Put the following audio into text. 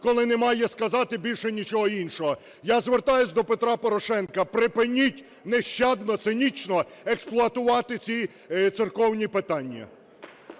коли немає сказати більше нічого іншого. Я звертаюсь до Петра Порошенка: припиніть нещадно, цинічно експлуатувати ці церковні питання!